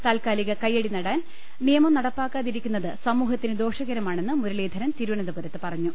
താൽക്കാ ലിക കയ്യടിനേടാൻ നിയമം നടപ്പാക്കാതിരിക്കുന്നത് സമൂഹത്തിന് ദോഷകരമാണെന്ന് മുരളീധരൻ തിരുവനന്തപുരത്ത് പറഞ്ഞു